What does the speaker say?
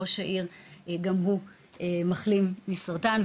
גם הוא מחלים מסרטן,